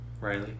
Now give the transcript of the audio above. Riley